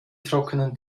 trockenen